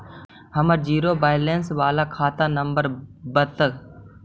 हमर zero balance बाला खाता नम्बर बत?